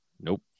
Nope